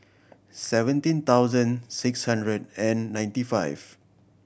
seventeen thousand six hundred and ninety five